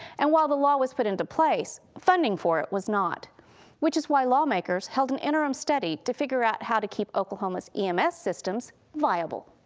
and while the law was put into place, funding for it was not which is why lawmakers held an interim study to figure out how to keep oklahoma's ems systems viable.